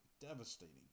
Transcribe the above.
devastating